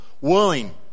willing